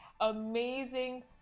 amazing